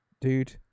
Dude